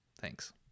Thanks